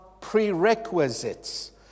prerequisites